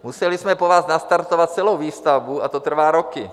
Museli jsme po vás nastartovat celou výstavbu a to trvá roky.